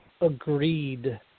agreed